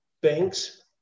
banks